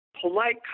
polite